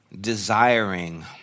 desiring